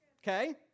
Okay